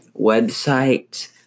website